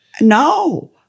no